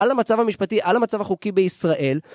על המצב המשפטי, על המצב החוקי בישראל